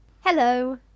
Hello